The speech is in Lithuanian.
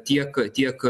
tiek tiek